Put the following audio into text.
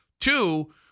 Two